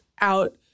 out